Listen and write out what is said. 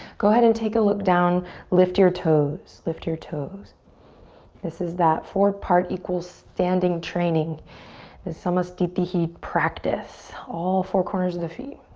go ahead and take a look down lift your toes lift your toes this is that four part equals standing training is almost dp he'd practice all four corners of the feet